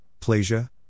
plasia